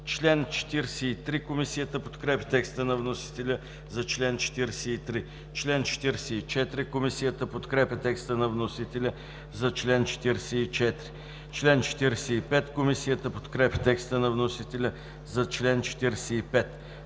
чл. 43. Комисията подкрепя текста на вносителя за чл. 44. Комисията подкрепя текста на вносителя за чл. 45. Комисията подкрепя текста на вносителя за чл. 46.